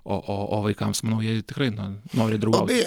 o o o vaikams manau jie tikrai na nori draugaut